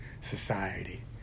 society